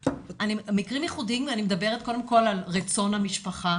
מקרים ייחודיים אני מדברת קודם כל על רצון המשפחה